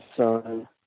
son